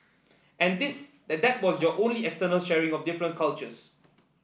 and this that was your only external sharing of different cultures